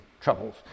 troubles